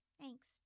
Thanks